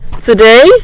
today